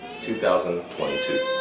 2022